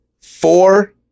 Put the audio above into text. Four